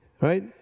Right